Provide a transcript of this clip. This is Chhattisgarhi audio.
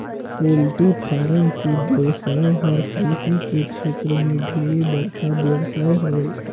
पोल्टी फारम के बेवसाय हर कृषि के छेत्र में ढेरे बड़खा बेवसाय हवे